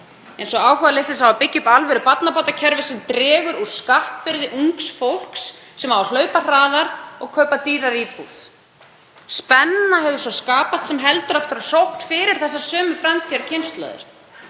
vegna áhugaleysis á að byggja upp alvörubarnabótakerfi sem dregur úr skattbyrði ungs fólks sem á að hlaupa hraðar og kaupa dýrari íbúð. Spenna hefur svo skapast sem heldur aftur af sókn fyrir þessar sömu framtíðarkynslóðir.